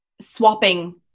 swapping